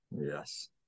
Yes